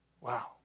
Wow